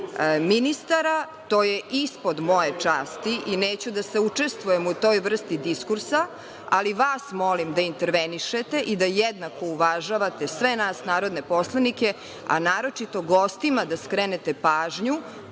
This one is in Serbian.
ministara. To je ispod moje časti i neću da saučestvujem u toj vrsti diskursa, ali vas molim da intervenišete i da jednako uvažavate sve nas narodne poslanike, a naročito gostima da skrenete pažnju